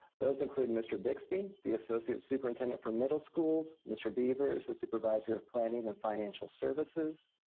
those include mr. bixby, the associate superintendent for middle schools, mr. beavers, the supervisor of planning and financial services,